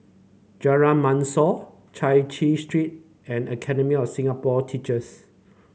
Jalan Mashor Chai Chee Street and Academy of Singapore Teachers